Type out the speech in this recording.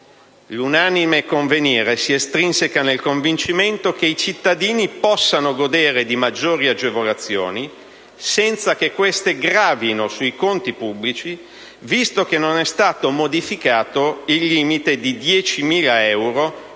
L'unanime convenire si spiega con il convincimento che i cittadini possano godere di maggiori agevolazioni senza che queste gravino sui conti pubblici, visto che non è stato modificato il limite di 10.000 euro